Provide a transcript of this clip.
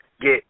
get